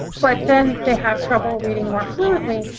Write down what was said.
but then they have trouble reading more fluently,